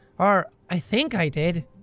or, i think i did.